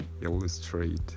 illustrate